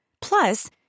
Plus